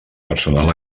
personal